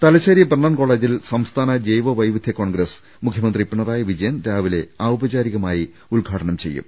Thalassery Brennen കോളേജിൽ സംസ്ഥാന ജൈവ വൈവിധ്യ കോൺഗ്രസ് മുഖ്യമന്ത്രി പിണ്റായി വിജയൻ രാവിലെ ഔപചാരികമായി ഉദ്ഘാടനം ചെയ്യും